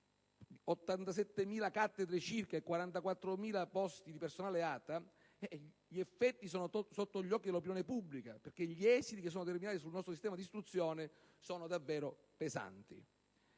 87.000 cattedre e 44.000 posti di personale ATA), gli effetti sono sotto gli occhi dell'opinione pubblica perché gli esiti che si sono determinati sul nostro sistema di istruzione sono davvero pesanti.